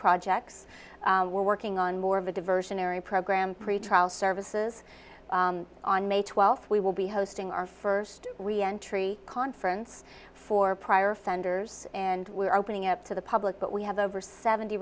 next we're working on more of a diversionary program pretrial services on may twelfth we will be hosting our first we entry conference for prior offenders and we're opening up to the public but we have over seventy